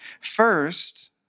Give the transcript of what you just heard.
First